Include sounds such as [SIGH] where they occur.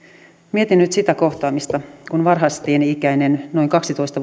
mietin nyt sitä kohtaamista kun varhaisteini ikäinen noin kaksitoista [UNINTELLIGIBLE]